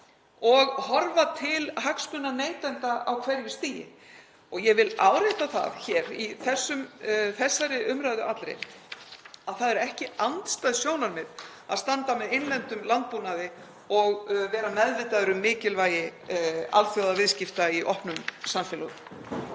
og horfa til hagsmuna neytenda á hverju stigi og ég vil árétta það hér í þessari umræðu allri að það eru ekki andstæð sjónarmið að standa með innlendum landbúnaði og vera meðvitaður um mikilvægi alþjóðaviðskipta í opnum samfélögum.